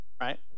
right